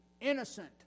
innocent